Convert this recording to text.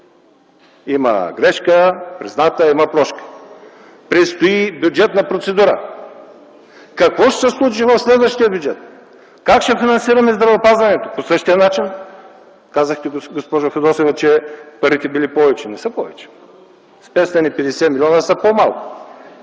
Има грешка – призната е, има прошка. Предстои бюджетна процедура. Какво ще се случи в следващия бюджет? Как ще финансираме здравеопазването? По същия начин – казахте госпожо Фидосова, че парите били повече. Не са повече, с 550 милиона са по-малко.